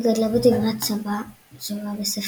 היא גדלה בדירת סבה וסבתה,